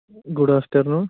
good afternoon